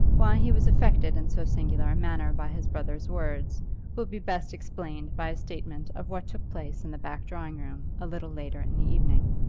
why he was affected in so singular a manner by his brother's words will be best explained by a statement of what took place in the back drawing-room a little later in the evening.